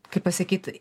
kaip pasakyt